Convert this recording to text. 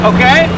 Okay